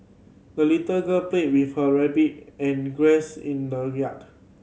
the little girl played with her rabbit and in the yard